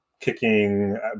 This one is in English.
kicking